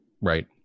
Right